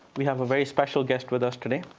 we have a very special guest with us today.